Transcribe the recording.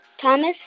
Thomas